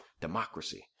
democracy